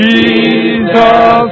Jesus